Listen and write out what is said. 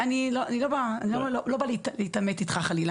אני לא באה להתעמת איתך חלילה,